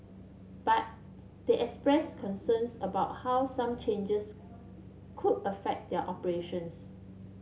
but they expressed concerns about how some changes could affect their operations